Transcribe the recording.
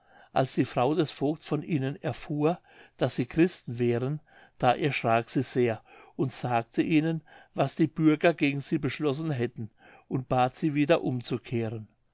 als die frau des vogts von ihnen erfuhr daß sie christen wären da erschrak sie sehr und sagte ihnen was die bürger gegen sie beschlossen hätten und bat sie wieder umzukehren